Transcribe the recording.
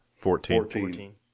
Fourteen